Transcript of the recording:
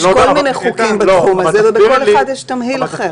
יש כל מיני חוקים בתחום הזה ובכל אחד יש תמהיל אחר.